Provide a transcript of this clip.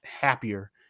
happier